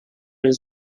his